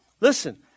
Listen